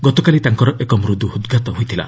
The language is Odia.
ଗତକାଲି ତାଙ୍କର ଏକ ମୃଦ୍ରୁ ହୂଦ୍ଘାତ ହୋଇଥିଲା